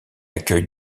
accueille